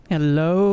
Hello